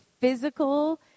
physical